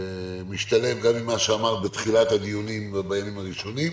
זה משתלב גם עם מה שאמרת בתחילת הדיונים בימים הראשונים.